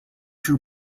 too